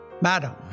Madam